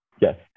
yes